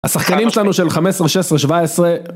השחקנים שלנו של 15, 16, 17